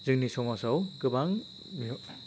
जोंनि समाजाव गोबां बे